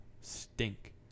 Stink